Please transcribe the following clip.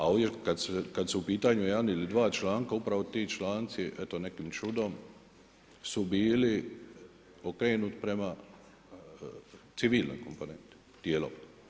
A ovdje kad su u pitanju jedan ili dva članka, upravo ti članci, eto, nekim čudom su bili … prema civilnoj komponenti, dijelom.